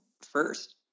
first